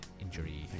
injury